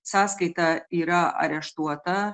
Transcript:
sąskaita yra areštuota